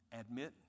Admit